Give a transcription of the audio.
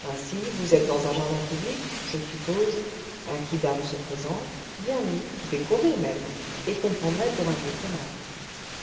ainsi vous êtes dans un jardin public je suppose un quidam se présente bien mis décoré même et qu'on prendrait pour un diplomate